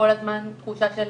כל הזמן תחושה של